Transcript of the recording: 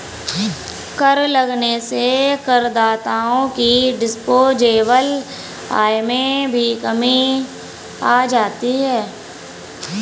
कर लगने से करदाताओं की डिस्पोजेबल आय में भी कमी आ जाती है